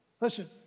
Listen